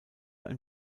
ein